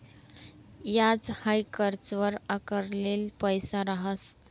याज हाई कर्जवर आकारेल पैसा रहास